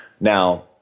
Now